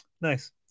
Nice